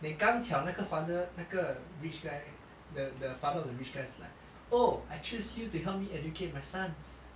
then 刚巧那个 father 那个 rich guy the the father of the rich guy is like oh I choose you to educate my sons